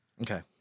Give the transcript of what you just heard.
Okay